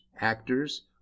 actors